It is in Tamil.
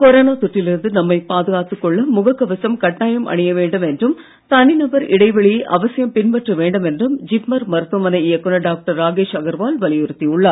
கொரோனா தொற்றிலிருந்து நம்மை பாதுகாத்துக் கொள்ள முகக் கவசம் கட்டாயம் அணியவேண்டும் என்றும் தனிநபர் இடைவெளியை அவசியம் பின்பற்ற வேண்டும் என்றும் ஜிப்மர் மருத்துவமனை இயக்குனர் டாக்டர் ராகேஷ் அகர்வால் வலியுறுத்தி உள்ளார்